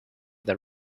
the